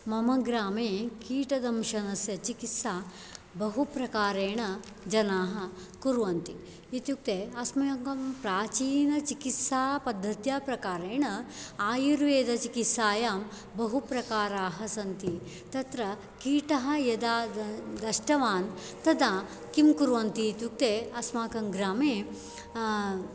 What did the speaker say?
मम ग्रामे कीटदंशनस्य चिकित्सा बहुप्रकारेण जनाः कुर्वन्ति इत्युक्ते अस्माकं प्राचीनचिकित्सापद्धत्या प्रकारेण आयुर्वेदचिकित्सायां बहुप्रकाराः सन्ति तत्र कीटः यदा द दष्टवान् तदा किं कुर्वन्ति इत्युक्ते अस्माकं ग्रामे